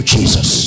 Jesus